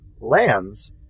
lands